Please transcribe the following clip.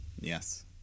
Yes